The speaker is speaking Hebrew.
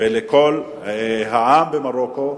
ולכל העם במרוקו,